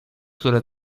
które